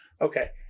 Okay